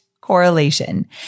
correlation